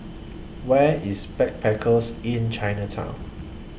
Where IS Backpackers Inn Chinatown